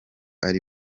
ari